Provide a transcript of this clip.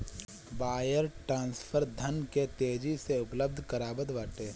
wire transfer धन के तेजी से उपलब्ध करावत बाटे